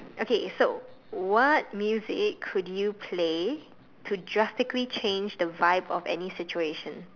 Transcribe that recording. okay so what music could you play to drastically change the vibe of any situation